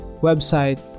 website